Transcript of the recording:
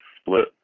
split